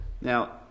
Now